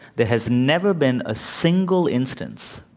there has never been a single instance,